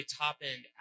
top-end